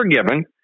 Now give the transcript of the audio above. forgiven